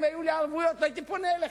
אם היו לי ערבויות לא הייתי פונה אליכם.